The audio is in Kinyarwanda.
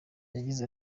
yagize